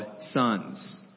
sons